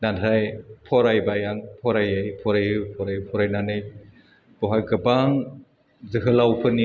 नाथाय फरायबाय आं फराय फरायै फरायै फरायनानै बावहाय गोबां जोहोलावफोरनि